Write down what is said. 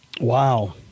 Wow